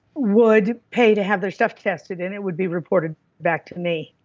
would pay to have their stuff tested and it would be reported back to me.